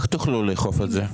איך תוכלו לאכוף את זה?